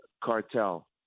cartel